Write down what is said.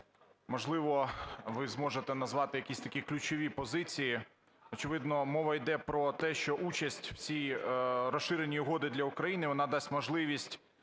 можливо, ви зможете назвати якісь такі ключові позиції. Очевидно, мова іде про те, що участь в цій Розширеній угоді для України вона дасть можливість,